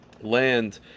land